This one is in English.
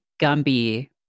gumby